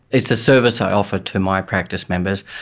it's a service i offer to my practice members,